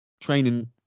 training